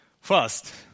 First